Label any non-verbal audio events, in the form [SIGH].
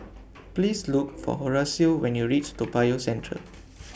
Please Look For Horacio when YOU REACH Toa Payoh Central [NOISE]